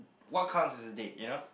what counts as a date you know